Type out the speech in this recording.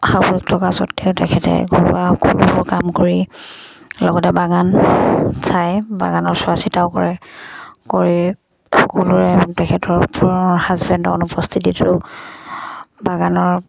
সত্ত্বেও তেখেতে ঘৰুৱা সকলোবোৰ কাম কৰি লগতে বাগান চায় বাগানৰ চোৱা চিতাও কৰে কৰি সকলোৰে তেখেতৰ হাজবেণ্ডৰ অনুপস্থিতিটো বাগানৰ